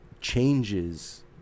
changes